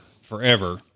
forever